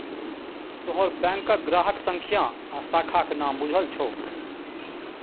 तोहर बैंकक ग्राहक संख्या आ शाखाक नाम बुझल छौ